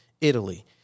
Italy